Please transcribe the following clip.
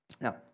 Now